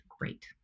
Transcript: Great